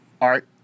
art